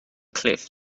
cliff